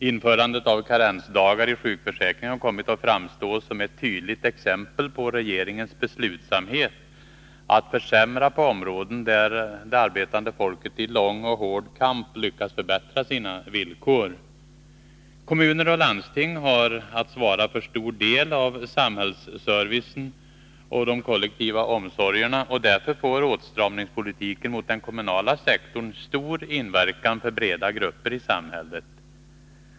Införandet av karensdagar i sjukförsäkringen har kommit att framstå som ett tydligt exempel på regeringens beslutsamhet när det gäller att försämra på områden där det arbetande folket i lång och hård kamp lyckats förbättra sina villkor. Kommuner och landsting har att svara för en stor del av samhällsservicen och de kollektiva omsorgerna, och därför får den åtstramningspolitik som riktar sig mot den kommunala sektorn stor inverkan på breda grupper i samhället.